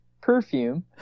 perfume